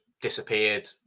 disappeared